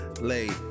late